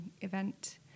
event